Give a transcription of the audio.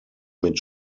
mit